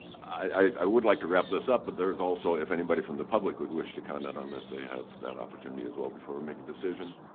i would like to wrap this up, but there is also if anybody from the public would wish to comment on this, they have that opportunity, as well, before we make a decision.